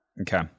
Okay